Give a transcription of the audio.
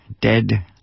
dead